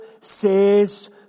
says